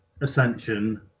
ascension